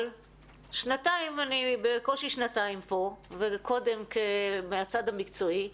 אני בקושי שנתיים פה, וקודם בצד המקצועי,